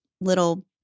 little